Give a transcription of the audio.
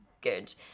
good